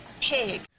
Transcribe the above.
pig